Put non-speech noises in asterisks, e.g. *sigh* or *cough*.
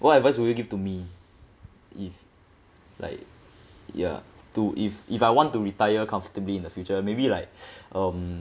what advice would you give to me if like ya to if if I want to retire comfortably in the future maybe like *breath* um